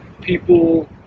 people